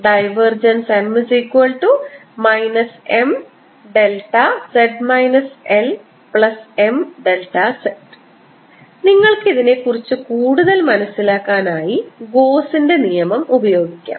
M Mδz LMδ നിങ്ങൾക്ക് ഇതിനെക്കുറിച്ച് കൂടുതൽ മനസ്സിലാക്കാനായി ഗോസിന്റെ നിയമംGauss's law ഉപയോഗിക്കാം